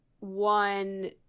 One